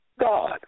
God